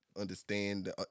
understand